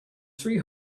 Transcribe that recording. three